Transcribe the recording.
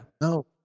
No